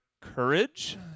courage